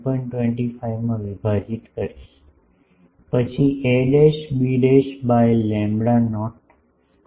25 માં વિભાજીત કરીશ પછી A B by lambda naught square